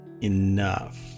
enough